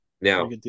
Now